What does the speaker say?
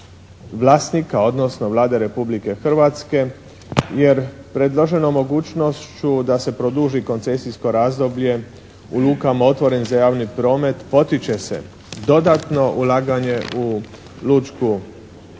vlasnika, odnosno Vlade Republike Hrvatske. Jer predloženom mogućnošću da se produži koncesijsko razdoblje u lukama otvorenim za javni promet potiče se dodatno ulaganje u lučko podgrađe